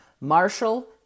Marshall